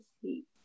sleep